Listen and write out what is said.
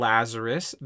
Lazarus